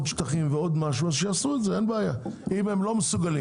שטחים ועד משהו אז שיעשו את זה אם הם לא מסוגלים.